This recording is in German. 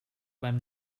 beim